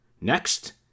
Next